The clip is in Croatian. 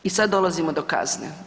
I sad dolazimo do kazne.